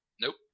Nope